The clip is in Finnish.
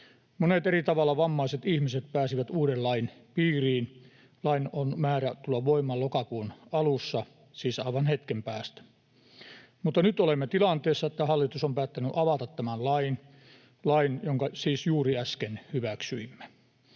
Monet eri tavalla vammaiset ihmiset pääsivät uuden lain piiriin. Lain on määrä tulla voimaan lokakuun alussa, siis aivan hetken päästä, mutta nyt olemme tilanteessa, että hallitus on päättänyt avata tämän lain, jonka siis juuri äsken hyväksyimme.